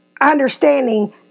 understanding